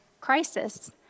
crisis